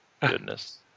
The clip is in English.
goodness